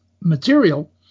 material